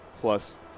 plus